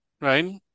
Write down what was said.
right